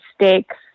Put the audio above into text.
stakes